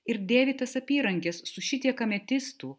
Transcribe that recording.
ir dėvi tas apyrankes su šitiek ametistų